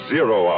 Zero